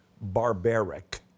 barbaric